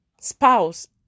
spouse